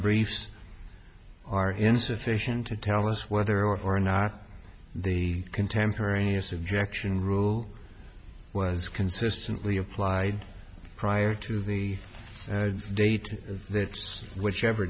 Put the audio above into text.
briefs are insufficient to tell us whether or not the contemporaneous objection rule was consistently applied prior to the date that whichever